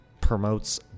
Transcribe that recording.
promotes